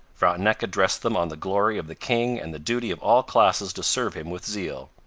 frontenac addressed them on the glory of the king and the duty of all classes to serve him with zeal.